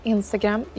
Instagram